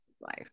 life